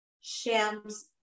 Shams